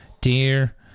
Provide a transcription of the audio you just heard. Dear